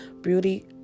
beauty